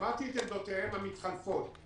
שמעתי את עמדותיהם המתחלפות.